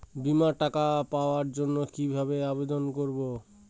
বিমার টাকা পাওয়ার জন্য কিভাবে আবেদন করব?